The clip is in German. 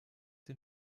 den